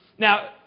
Now